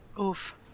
Oof